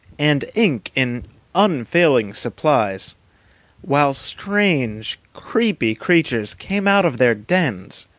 and ink in unfailing supplies while strange creepy creatures came out of their dens,